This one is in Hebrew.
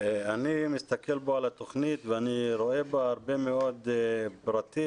אני מסתכל פה על התוכנית ואני רואה בה הרבה מאוד פרטים,